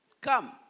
Come